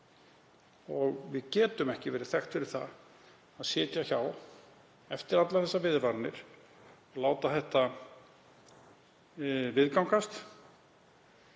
Við getum ekki verið þekkt fyrir það að sitja hjá eftir allar þær viðvaranir, látið þetta viðgangast,